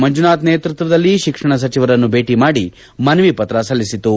ಮಂಜುನಾಥ್ ನೇತೃತ್ವದಲ್ಲಿ ಶಿಕ್ಷಣ ಸಚಿವರನ್ನು ಭೇಟಿ ಮಾಡಿ ಮನವಿ ಪತ್ರ ಸಲ್ಲಿಸಿತು